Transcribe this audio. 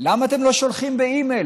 למה אתם לא שולחים באימייל?